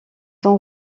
sont